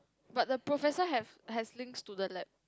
but the professor have has links to lab